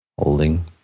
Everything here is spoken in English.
Holding